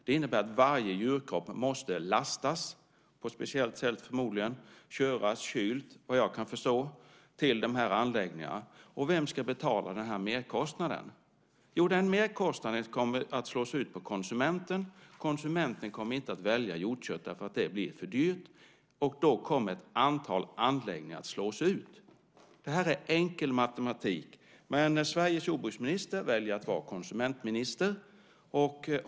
Det innebär att varje djurkropp måste lastas, förmodligen på ett speciellt sätt, och köras kyld till de här anläggningarna. Vem ska betala merkostnaden? Jo, den merkostnaden kommer att slås ut på konsumenterna. Konsumenterna kommer inte att välja hjortkött därför att det blir för dyrt, och då kommer ett antal anläggningar att slås ut. Det här är enkel matematik, men Sveriges jordbruksminister väljer att vara konsumentminister.